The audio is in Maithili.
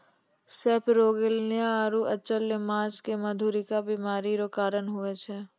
सेपरोगेलनिया आरु अचल्य माछ मे मधुरिका बीमारी रो कारण हुवै छै